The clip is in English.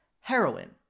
heroin